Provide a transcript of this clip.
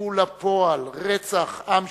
הוציאו לפועל רצח עם שיטתי,